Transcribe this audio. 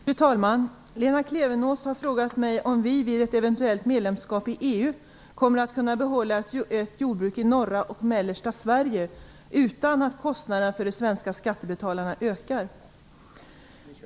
Fru talman! Lena Klevenås har frågat mig om vi vid ett eventuellt medlemskap i EU kommer att kunna behålla ett jordbruk i norra och mellersta Sverige utan att kostnaderna för de svenska skattebetalarna ökar.